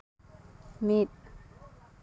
ᱢᱤᱫ